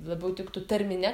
labiau tiktų tarmine